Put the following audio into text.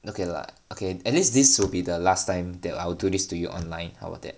okay lah okay at least this will be the last time that I will do this to your online how about that